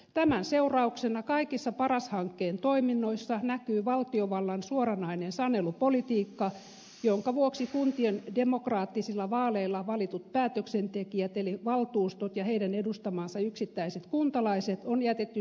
tämän seurauksena kaikissa paras hankkeen toiminnoissa näkyy valtiovallan suoranainen sanelupolitiikka jonka vuoksi kuntien demokraattisilla vaaleilla valitut päätöksentekijät eli valtuustot ja heidän edustamansa yksittäiset kuntalaiset on jätetty sivustakatsojiksi